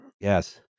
Yes